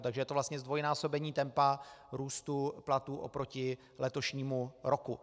Takže je to vlastně zdvojnásobení tempa růstu platů oproti letošnímu roku.